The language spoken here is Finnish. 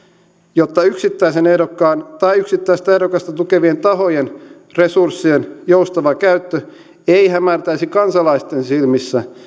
jotta yksittäisen ehdokkaan tai yksittäistä ehdokasta tukevien tahojen resurssien joustava käyttö ei hämärtäisi kansalaisten silmissä